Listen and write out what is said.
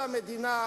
לפה,